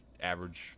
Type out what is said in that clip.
average